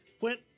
went